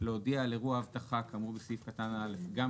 להודיע על אירוע אבטחה כאמור בסעיף קטן (א) גם